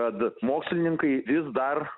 kad mokslininkai vis dar